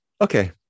okay